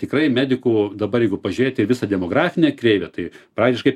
tikrai medikų dabar jeigu pažiūrėti į visą demografinę kreivę tai praktiškai